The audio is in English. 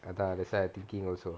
!hanna! that's why I thinking also